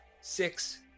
six